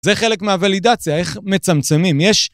זה חלק מהוולידציה, איך מצמצמים, יש...